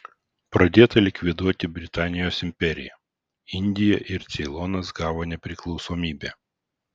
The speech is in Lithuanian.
pradėta likviduoti britanijos imperiją indija ir ceilonas gavo nepriklausomybę